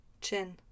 Chin